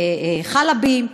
חאלבים?